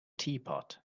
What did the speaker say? teapot